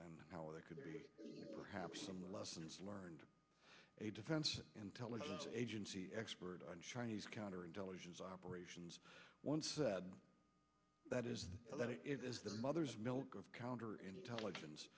and how they could perhaps some lessons learned a defense intelligence agency expert on chinese counterintelligence operations once said that is it is the mother's milk of counterintelligence